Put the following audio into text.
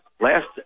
last